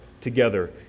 together